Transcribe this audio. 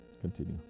continue